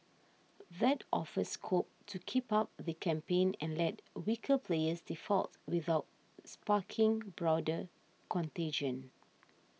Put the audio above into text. that offers scope to keep up the campaign and let weaker players default without sparking broader contagion